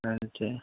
ہاں جی